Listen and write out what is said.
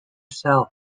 self